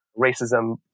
racism